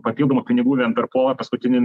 papildomų pinigų vien per kovą paskutinių